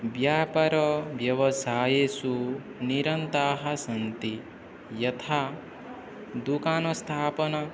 व्यापारव्यवसायेषु निरन्ताः सन्ति यथा दूकानस्थापनम्